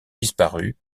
disparut